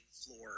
floor